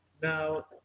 Now